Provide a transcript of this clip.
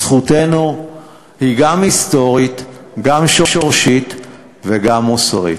זכותנו היא גם היסטורית, גם שורשית וגם מוסרית.